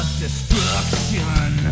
Destruction